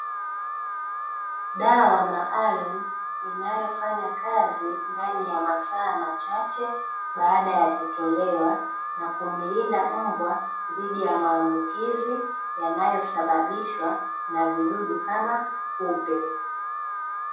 Dawa maalumu inayofanya kazi ndani ya masaa machache, baada ya kutolewa na kumlinda mbwa dhidi ya maambukizi, yanayosababishwa na vidudu kama kupe.